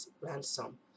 ransom